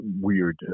weird